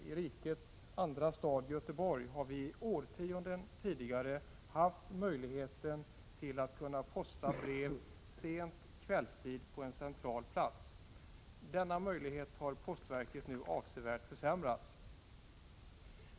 I rikets andra stad har vi i årtionden tidigare haft möjligheten att posta brev sent på kvällstid på en central plats. Denna möjlighet har postverket nu avsevärt försämrat.